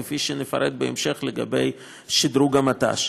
כפי שנפרט בהמשך לגבי שדרוג המט"ש.